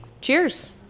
Cheers